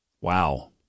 Wow